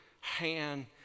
hand